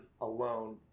alone